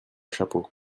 chapeau